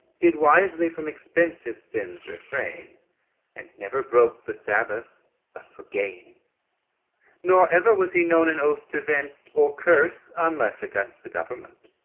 did wisely from expensive sins refrain and never broke the sabbath but for gain nor ever was he known an oath to vent or curse, unless against the government.